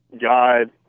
God